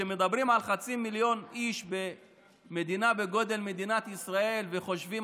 כשמדברים על חצי מיליון איש במדינה בגודל מדינת ישראל וחושבים